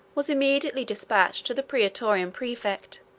was immediately despatched to the praetorian praefect,